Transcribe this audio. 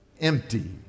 empty